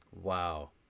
Wow